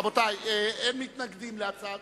רבותי, אין מתנגדים להצעה.